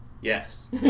Yes